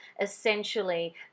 essentially